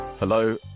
Hello